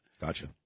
Gotcha